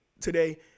today